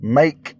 make